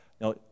Now